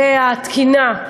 והתקינה,